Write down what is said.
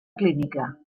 clínica